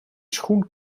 schoen